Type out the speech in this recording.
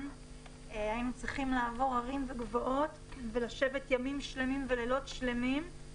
היינו צריכים לעבור הרים וגבעות ולשבת ימים שלמים ולילות שלמים.